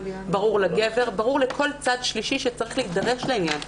ברור לגבר וברור לכל צד שלישי שצריך להידרש לעניין.